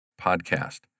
podcast